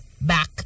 back